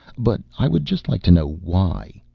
but i would just like to know why?